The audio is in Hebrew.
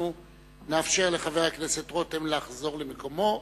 אנחנו נאפשר לחבר הכנסת רותם לחזור למקומו,